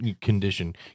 condition